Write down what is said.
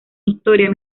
historia